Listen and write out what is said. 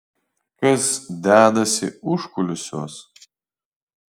kas dedasi užkulisiuos